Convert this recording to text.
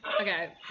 Okay